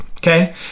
Okay